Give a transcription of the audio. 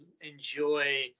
enjoy